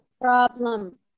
problem